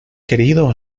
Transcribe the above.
querido